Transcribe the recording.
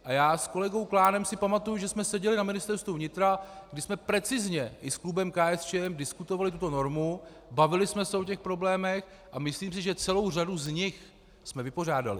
A já s kolegou Klánem si pamatuji, že jsme seděli na Ministerstvu vnitra, že jsme precizně i s klubem KSČM diskutovali tuto normu, bavili jsme se o těch problémech, a myslím si, že celou řadu z nich jsme vypořádali.